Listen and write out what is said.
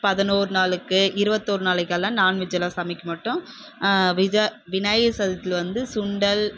பதினோரு நாளுக்கு இருபத்தொரு நாளைக்கு எல்லாம் நான் வெஜ்ஜு எல்லாம் சமைக்க மாட்டோம் விநாயகர் சதுர்த்தியில் வந்து சுண்டல்